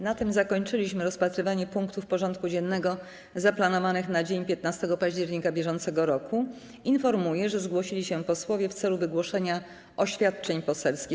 Na tym zakończyliśmy rozpatrywanie punktów porządku dziennego zaplanowanych na dzień 15 października br. Informuję, że zgłosili się posłowie w celu wygłoszenia oświadczeń poselskich.